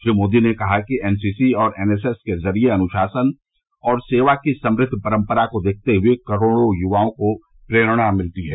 श्री मोदी ने कहा कि एनसीसी और एनएसएस के जरिए अनुशासन और सेवा की समृद्व परम्परा को देखकर करोड़ों युवाओं को प्रेरणा मिलती है